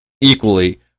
equally